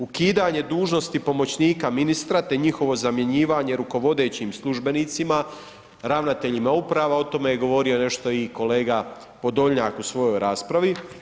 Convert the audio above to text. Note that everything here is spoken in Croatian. Ukidanje dužnosti pomoćnika ministra te njihovo zamjenjivanje rukovodećim službenicima, ravnateljima uprava, o tome je govorio nešto i kolega Podolnjak u svojoj raspravi.